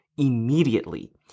immediately